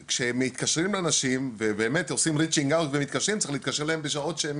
כשמתקשרים לאנשים, צריך להתקשר אליהם בשעות שהם